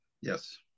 yes